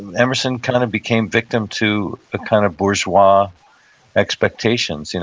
and emerson kind of became victim to a kind of bourgeois expectations. you know